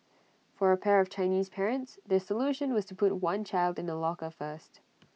for A pair of Chinese parents their solution was to put one child in A locker first